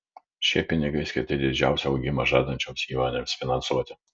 šie pinigai skirti didžiausią augimą žadančioms įmonėms finansuoti